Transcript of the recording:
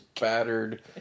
battered